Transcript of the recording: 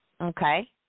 okay